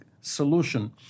solution